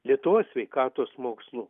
lietuvos sveikatos mokslų